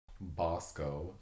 Bosco